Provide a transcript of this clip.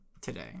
today